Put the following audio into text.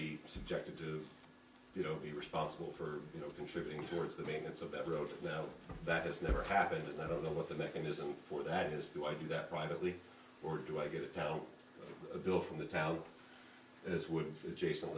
be subjected to you know be responsible for you know contributing towards the maintenance of that road now that has never happened and i don't know what the mechanism for that is do i do that privately or do i get it down a bill from the town is with jason